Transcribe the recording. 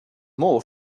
more